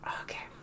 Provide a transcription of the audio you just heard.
okay